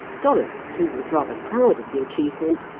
dollops, who was rather proud of the achievement,